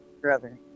brother